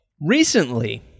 Recently